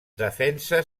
defensa